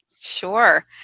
Sure